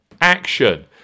action